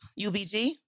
UBG